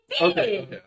okay